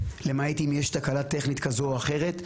למעט אם יש תקלה טכנית כזאת או אחרת.